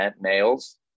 males